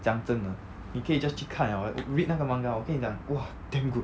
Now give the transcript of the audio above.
讲真的你可以 just 去看了 read 那个 manga 我跟你讲 !wah! damn good